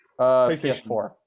PS4